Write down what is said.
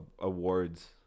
awards